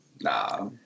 Nah